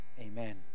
amen